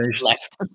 left